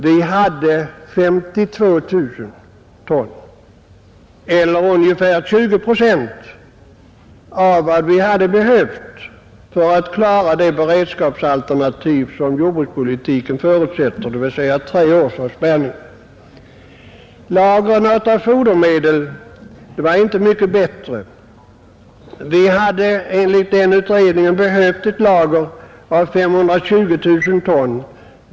Vi hade 82 000 ton eller ungefär 20 procent av vad vi hade behövt för att klara det beredskapsalternativ som jordbrukspolitiken förutsätter, dvs. tre års avspärrning. Lagren av fodermedel var inte mycket bättre. Vi hade enligt den utredningen behövt ett lager av 520 000 ton.